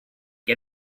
get